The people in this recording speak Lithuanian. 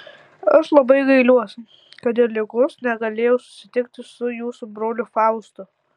aš labai gailiuosi kad dėl ligos negalėjau susitikti su jūsų broliu faustu